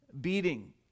beating